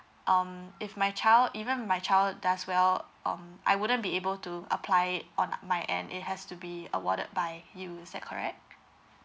um if my child even my child does well um I wouldn't be able to apply it on my end it has to be awarded by you is that correct